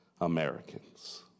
Americans